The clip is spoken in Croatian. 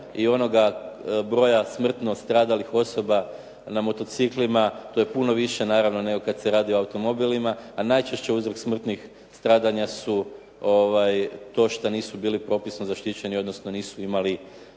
i onoga broja smrtno stradalih osoba na motociklima, to je puno više nego kada se radi o automobilima. A najčešće uzrok smrtnih stradanja to što nisu bili propisno zaštićeni, odnosno nisu imali